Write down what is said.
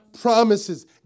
Promises